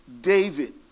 David